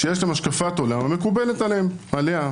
שיש להם השקפת עולם המקובלת עליה,